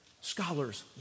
Scholars